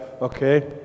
okay